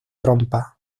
trompas